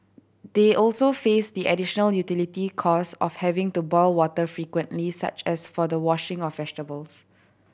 they also faced the additional utility cost of having to boil water frequently such as for the washing of vegetables